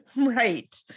Right